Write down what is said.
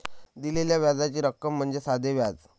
दिलेल्या व्याजाची रक्कम म्हणजे साधे व्याज